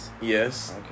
Yes